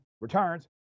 returns